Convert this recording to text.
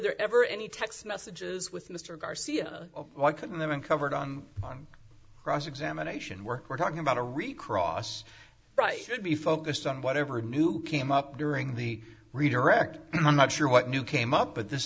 there ever any text messages with mr garcia why couldn't them uncovered on on cross examination work we're talking about a recross right should be focused on whatever new came up during the redirect i'm not sure what you came up with this